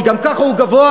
כי גם ככה הוא גבוה.